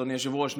אדוני היושב-ראש,